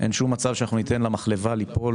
אין מצב שניתן למחלבה ליפול,